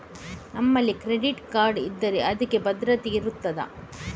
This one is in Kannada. ನಮ್ಮಲ್ಲಿ ಕ್ರೆಡಿಟ್ ಕಾರ್ಡ್ ಇದ್ದರೆ ಅದಕ್ಕೆ ಭದ್ರತೆ ಇರುತ್ತದಾ?